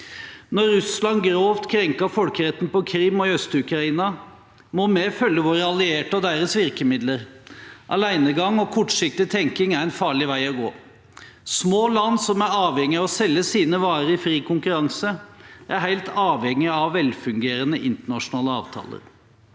Når Russland grovt krenker folkeretten på Krim og i Øst-Ukraina, må vi følge våre allierte og deres virkemidler. Alenegang og kortsiktig tenkning er en farlig vei å gå. Små land som er avhengig av å selge sine varer i fri konkurranse, er helt avhengig av velfungerende internasjonale avtaler.